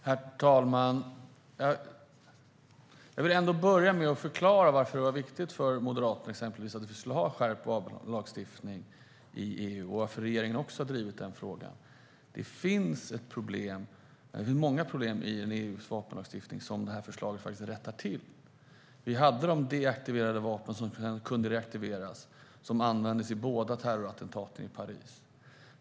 Herr talman! Jag vill börja med att förklara varför skärpt lagstiftning i EU var viktig för exempelvis Moderaterna och varför regeringen också har drivit den frågan. Det finns många problem med EU:s vapenlagstiftning som det här förslaget rättar till. Vi hade deaktiverade vapen som kunde reaktiveras, som användes i båda terrorattentaten i Paris.